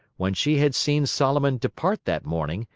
when she had seen solomon depart that morning,